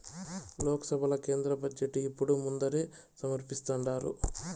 లోక్సభల కేంద్ర బడ్జెటు ఎప్పుడూ ముందరే సమర్పిస్థాండారు